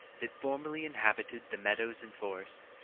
that formerly inhabited the meadows and forests.